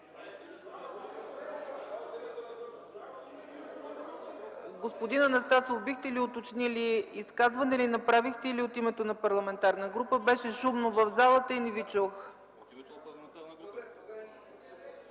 Господин Анастасов, бихте ли уточнили изказване ли направихте, или от името на парламентарна група? Беше шумно в залата и не Ви чух.